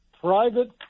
private